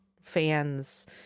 fans